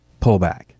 pullback